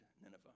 Nineveh